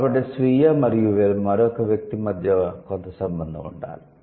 కాబట్టి స్వీయ మరియు మరొక వ్యక్తి మధ్య కొంత సంబంధం ఉండాలి